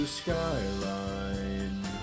skyline